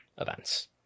events